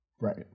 Right